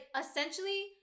Essentially